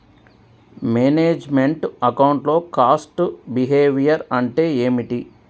Manage meant account లో cost behaviour అంటే ఏమిటి?